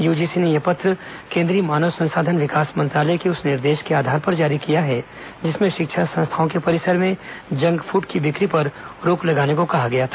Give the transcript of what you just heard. UGC ने यह पत्र केंद्रीय मानव संसाधन मंत्रालय के उस निर्देश के आधार पर जारी किया है जिसमें शिक्षा संस्थाओं के परिसर में जंक फूड की बिक्री पर रोक लगाने को कहा गया था